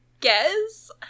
guess